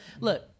Look